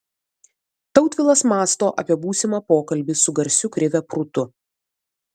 tautvilas mąsto apie būsimą pokalbį su garsiu krive prūtu